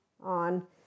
on